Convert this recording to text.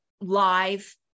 live